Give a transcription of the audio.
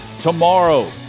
tomorrow